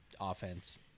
offense